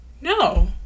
No